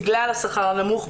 בגלל השכר הנמוך,